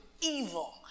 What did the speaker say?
evil